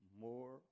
more